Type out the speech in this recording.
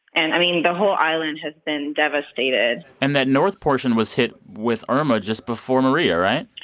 and i mean, the whole island has been devastated and that north portion was hit with irma just before maria, right?